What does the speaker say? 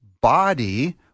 body